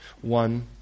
One